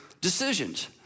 decisions